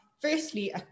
firstly